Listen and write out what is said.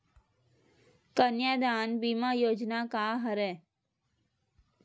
कन्यादान बीमा योजना का हरय?